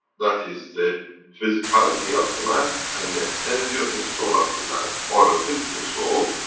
that is the physicality of the man, and the energy of the soul of the man, or the physical soul,